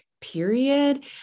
period